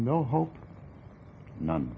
no hope none